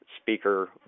speaker